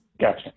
Gotcha